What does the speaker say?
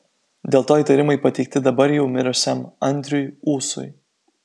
dėl to įtarimai pateikti dabar jau mirusiam andriui ūsui